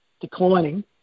declining